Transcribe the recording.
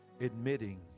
admitting